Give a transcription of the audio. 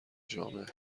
جامعه